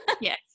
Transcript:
Yes